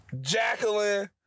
Jacqueline